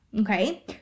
okay